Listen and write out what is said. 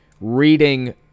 reading